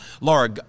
Laura